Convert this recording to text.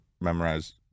memorize